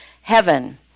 heaven